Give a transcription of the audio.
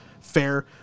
fair